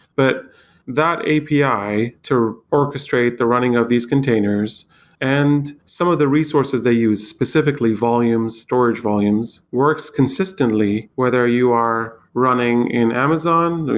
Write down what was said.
but that api to orchestrate the running of these containers and some of the resources they use, specifically volumes, storage volumes, works consistently whether you are running in amazon,